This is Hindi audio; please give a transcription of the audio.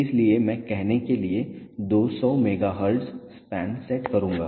इसलिए मैं कहने के लिए 200 MHz स्पैन सेट करूंगा